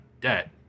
debt